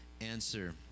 answer